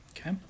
okay